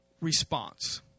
response